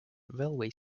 railway